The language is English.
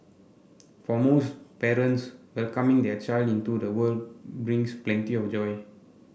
for most parents welcoming their child into the world brings plenty of joy